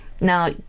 Now